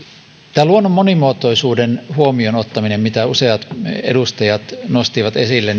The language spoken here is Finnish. luonnon monimuotoisuuden huomioon ottaminen mitä useat edustajat nostivat esille